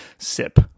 Sip